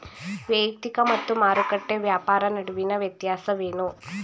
ವೈಯಕ್ತಿಕ ಮತ್ತು ಮಾರುಕಟ್ಟೆ ವ್ಯಾಪಾರ ನಡುವಿನ ವ್ಯತ್ಯಾಸವೇನು?